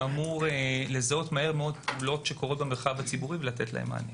שאמור להות מהר מאוד פעולות שקורות במרחב הציבורי ולתת להם מענה.